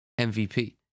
MVP